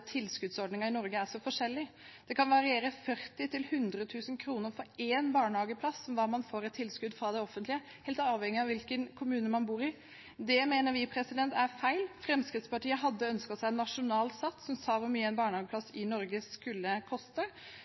så forskjellig. Det kan variere fra 40 000 kr til 100 000 kr for én barnehageplass hva man får i tilskudd fra det offentlige, helt avhengig av hvilken kommune man bor i. Det mener vi er feil. Fremskrittspartiet hadde ønsket seg en nasjonal sats for hvor mye en barnehageplass i Norge skulle koste.